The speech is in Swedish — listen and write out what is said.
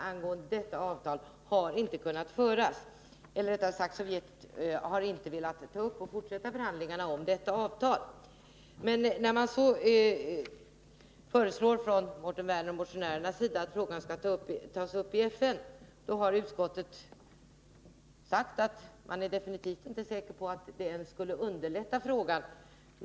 Sovjet har emellertid inte velat fortsätta förhandlingarna om detta avtal. Mårten Werner och de övriga motionärerna föreslår att frågan skall tas upp i FN, och utskottet har då sagt att man inte är helt säker på att detta skulle underlätta lösningen av frågan.